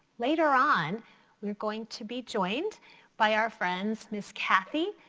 later on we're going to be joined by our friends ms. kathy,